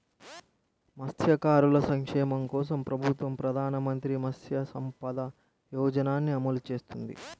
మత్స్యకారుల సంక్షేమం కోసం ప్రభుత్వం ప్రధాన మంత్రి మత్స్య సంపద యోజనని అమలు చేస్తోంది